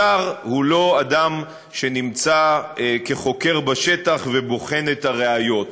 שר הוא לא אדם שנמצא כחוקר בשטח ובוחן את הראיות.